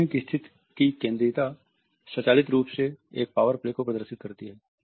बैठने की स्थिति की केंद्रीयता स्वचालित रूप से एक पावर प्ले को प्रदर्शित करती है